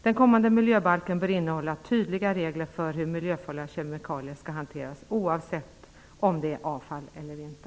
Den kommande miljöbalken bör innehålla tydliga regler för hur miljöfarliga kemikalier skall hanteras oavsett om de är avfall eller inte.